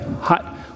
Hot